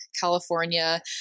California